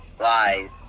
lies